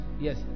yes